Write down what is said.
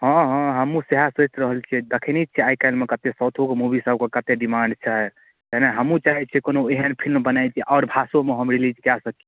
हँ हँ हमहूँ सएह सोचि रहल छिए देखै नहि छी आइकाल्हिमे साउथोमे कतेक मूवी सबके कतेक डिमाण्ड छै एहिना हमहूँ चाहै छिए कोनो एहन फिलिम बनेतिए आओर भाषोमे हम रिलीज कऽ सकी